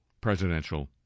presidential